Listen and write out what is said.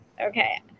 Okay